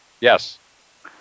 Yes